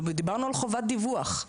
דיברנו על חובת דיווח.